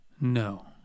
No